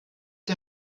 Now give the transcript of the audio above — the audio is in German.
der